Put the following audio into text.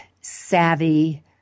savvy